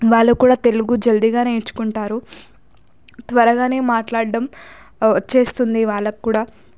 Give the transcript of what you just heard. వాళ్ళు కూడా తెలుగు జల్దిగా నేర్చుకుంటారు త్వరగానే మాట్లాడడం వచ్చేస్తుంది వాళ్ళకు కూడా